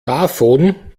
davon